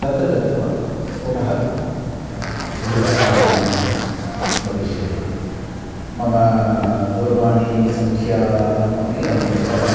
तत्र गत्वा पुनः गृहम् आगमनं भविष्यति मम दूरवाणी सङ्ख्यामपि अहं दत्तवान्